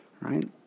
Right